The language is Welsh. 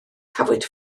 cafwyd